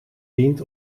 dient